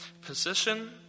position